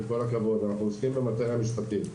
בכל הכבוד, אנחנו עוסקים במטריה משפטית.